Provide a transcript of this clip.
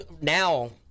now